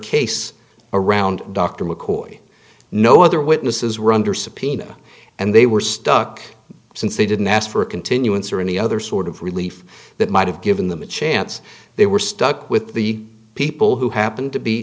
case around dr mccoy no other witnesses were under subpoena and they were stuck since they didn't ask for a continuance or any other sort of relief that might have given them a chance they were stuck with the people who happened to be